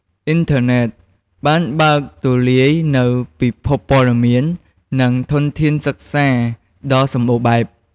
អ៊ីនធឺណិត បានបើកទូលាយនូវពិភពព័ត៌មាន និងធនធានសិក្សាដ៏សម្បូរបែប។